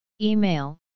Email